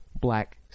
black